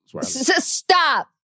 Stop